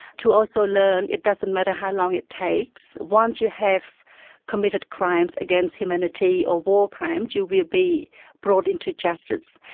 to also learn it doesn't matter how long it takes, once you have committed crimes against humanity, or war crimes, you will be be brought to justice.